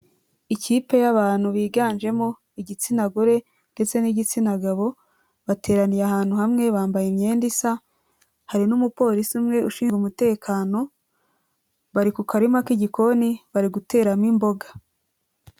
Ikipe y'abantu biganjemo igitsina gore ndetse n'igitsina gabo bateraniye ahantu hamwe bambaye imyenda isa, hari n'umupolisi umwe ushinzwe umutekano, bari ku karima k'igikoni bari guteramo imboga.